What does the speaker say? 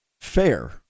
Fair